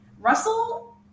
Russell